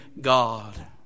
God